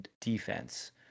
defense